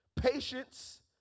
patience